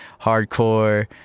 Hardcore